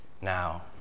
Now